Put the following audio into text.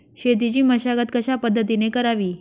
शेतीची मशागत कशापद्धतीने करावी?